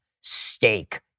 steak